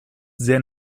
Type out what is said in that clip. sehr